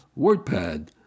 WordPad